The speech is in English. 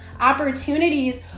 Opportunities